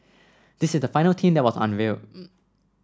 this is the final team that was unveiled